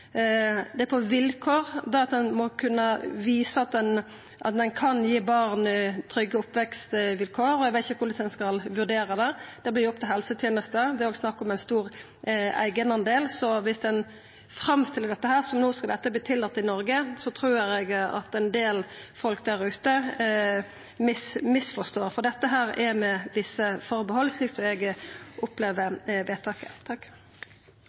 det er visse vilkår som må vera oppfylte, m.a. at ein må visa at ein kan gi barnet trygge oppvekstvilkår. Eg veit ikkje korleis ein skal vurdera det, det blir opp til helsetenesta. Det er òg snakk om ein stor eigendel, så viss ein framstiller dette som at det no skal verta tillate i Noreg, trur eg at ein del folk der ute misforstår. For dette er med visse atterhald, slik eg opplever vedtaket.